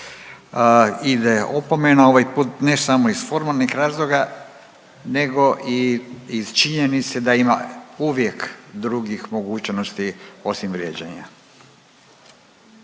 Ide opomena. Ovaj put ne samo iz formalnih razloga, nego i iz činjenice da ima uvijek drugih mogućnosti osim vrijeđanja.